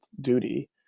duty